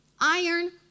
Iron